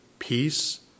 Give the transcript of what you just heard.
peace